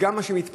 וגם מה שמתפרסם,